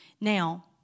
Now